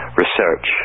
research